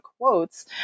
quotes